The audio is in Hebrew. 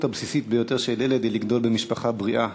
הבסיסית ביותר של ילד היא לגדול במשפחה בריאה,